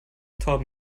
torben